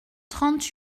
trente